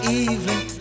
evening